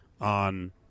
on